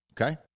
Okay